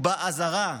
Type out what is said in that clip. "ובעזרה",